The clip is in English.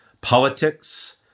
politics